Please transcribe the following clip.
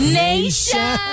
nation